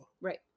Right